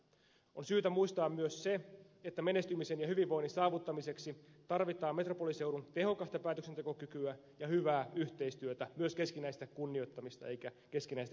on syytä muistaa myös se että menestymisen ja hyvinvoinnin saavuttamiseksi tarvitaan metropoliseudun tehokasta päätöksentekokykyä ja hyvää yhteistyötä myös keskinäistä kunnioittamista eikä keskinäistä kissanhännänvetoa